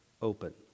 open